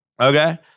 okay